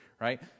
right